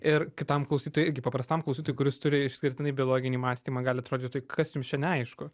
ir kitam klausytojui irgi paprastam klausytojui kuris turi išskirtinai biologinį mąstymą gali atrodyti tai kas jums čia neaišku